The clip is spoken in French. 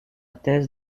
thèse